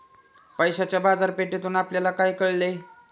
पैशाच्या बाजारपेठेतून आपल्याला काय कळले?